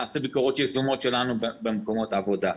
גם נעשה ביקורות יזומות שלנו במקומות עבודה.